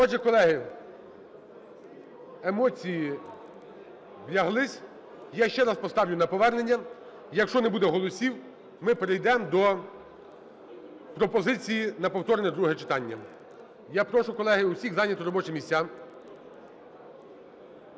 Отже, колеги, емоції вляглись. Я ще раз поставлю на повернення, якщо не буде голосів, ми перейдемо до пропозиції на повторне друге читання. Я прошу, колеги, усіх зайняти робочі місця.